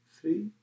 three